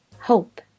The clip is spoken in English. hope